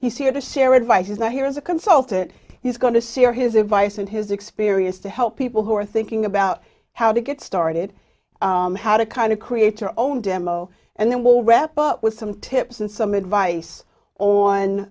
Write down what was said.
he's here share advice is that here is a consultant he's going to see or his advice and his experience to help people who are thinking about how to get started how to kind of create your own demo and then we'll wrap up with some tips and some advice o